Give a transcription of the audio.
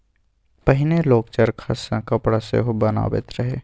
पहिने लोक चरखा सँ कपड़ा सेहो बनाबैत रहय